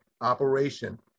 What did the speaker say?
operation